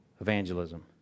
evangelism